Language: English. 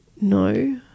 No